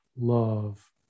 love